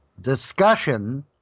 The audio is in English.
discussion